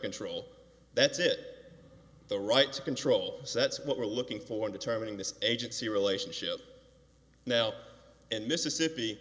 control that's it the right to control so that's what we're looking for determining this agency relationship now and mississippi